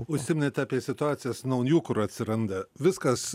užsiminėt apie situacijas naujų kur atsiranda viskas